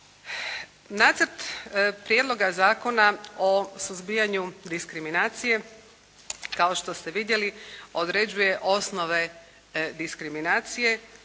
Nacrt prijedloga Zakona o suzbijanju diskriminacije kao što ste vidjeli, određuje osnove diskriminacije